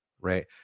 Right